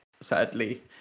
sadly